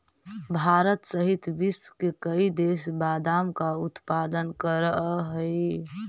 भारत सहित विश्व के कई देश बादाम का उत्पादन करअ हई